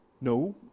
No